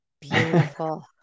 Beautiful